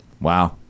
Wow